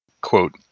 quote